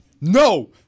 No